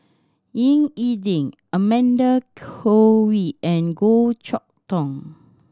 Ying E Ding Amanda Koe Lee and Goh Chok Tong